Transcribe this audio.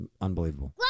Unbelievable